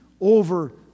over